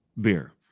beer